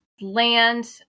land